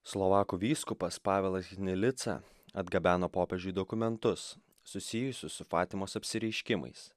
slovakų vyskupas pavelas hnilica atgabeno popiežiui dokumentus susijusius su fatimos apsireiškimais